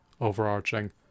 overarching